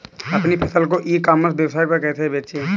अपनी फसल को ई कॉमर्स वेबसाइट पर कैसे बेचें?